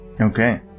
Okay